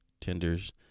tenders